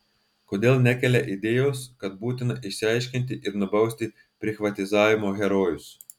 kodėl nekelia idėjos kad būtina išsiaiškinti ir nubausti prichvatizavimo herojus